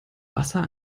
wasser